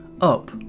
Up